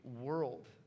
world